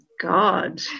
God